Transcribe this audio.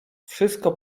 wszystko